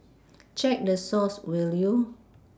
check the source will you